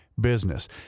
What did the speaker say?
business